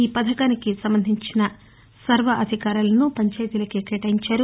ఈ పథకానికి సంబంధించిన సర్వ అధికారాలను పంచాయితీలకే కేటాయించారు